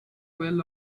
well